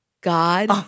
God